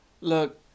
Look